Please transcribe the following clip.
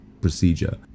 procedure